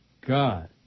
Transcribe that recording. God